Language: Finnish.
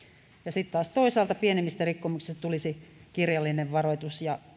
sitten taas toisaalta pienemmistä rikkomuksista tulisi kirjallinen varoitus ja